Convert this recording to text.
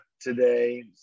today